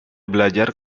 belajar